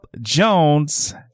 Jones